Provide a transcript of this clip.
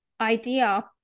idea